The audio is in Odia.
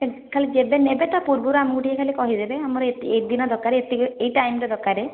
ଏ ଖାଲି ଯେବେ ନେବେ ତା' ପୂର୍ବରୁ ଆମକୁ ଟିକେ ଖାଲି କହିଦେବେ ଆମର ଏ ଦିନ ଦରକାର ଏତିକି ଏଇ ଟାଇମରେ ଦରକାର